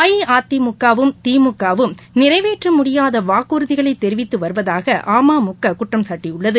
அஇஅதிமுகவும் திமுகவும் நிறைவேற்ற முடியாத வாக்குறுதிகளை தெரிவித்துவருவதாக அமமுக குற்றம் சாட்டியுள்ளது